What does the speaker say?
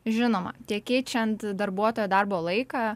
žinoma tiek keičiant darbuotojo darbo laiką